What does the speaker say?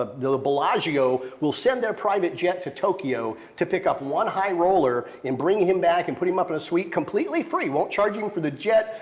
ah the the bellagio will send their private jet to tokyo to pick up one high roller and bring him back and put him up in a suite completely free, won't charge him for the jet,